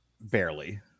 barely